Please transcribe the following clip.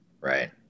right